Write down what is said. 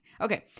okay